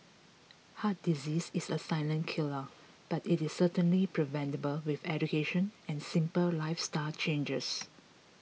heart disease is a silent killer but it is certainly preventable with education and simple lifestyle changes